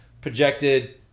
projected